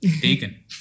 taken